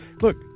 Look